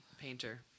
painter